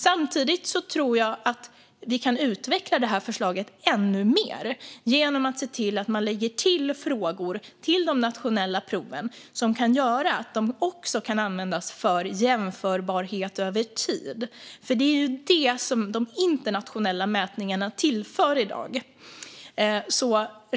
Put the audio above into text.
Samtidigt tror jag att vi kan utveckla detta förslag ännu mer genom att se till att man i de nationella proven lägger till frågor som kan göra att de också kan användas för jämförbarhet över tid. Det är ju detta som de internationella mätningarna tillför i dag.